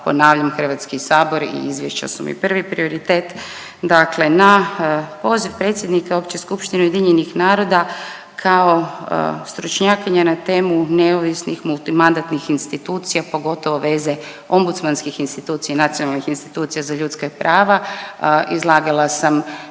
Ponavljam Hrvatski sabor i izvješća su mi prvi prioritet. Dakle na poziv predsjednika Opće skupštine UN-a kao stručnjakinja na temu neovisnih multimandatnih institucija pogotovo veze ombudsmanskih institucija i nacionalnih institucija za ljudska prava. Izlagala sam